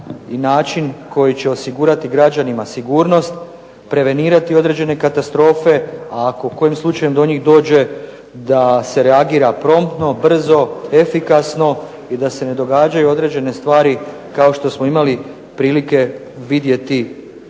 i način koji će osigurati građanima sigurnost, prevenirati određene katastrofe, a ako kojim slučajem do njih dođe da se reagira promptno, brzo, efikasno i da se ne događaju određene stvari kao što smo imali prilike vidjeti